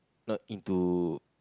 not into